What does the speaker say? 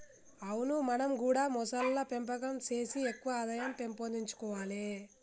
అవును మనం గూడా మొసళ్ల పెంపకం సేసి ఎక్కువ ఆదాయం పెంపొందించుకొవాలే